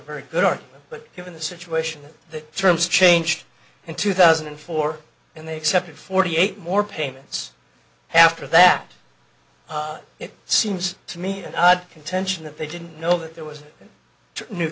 very good art but given the situation the terms changed in two thousand and four and they accepted forty eight more payments after that it seems to me and i'd contention that they didn't know that there was a new